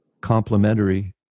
complementary